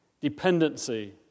dependency